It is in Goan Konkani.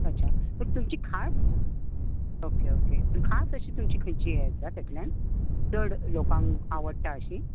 अच्छा पूण तुमची खास ओके ओके पूण खास अशी तुमची खंयची आसा तातुंल्यान चड लोकांक आवडटा अशी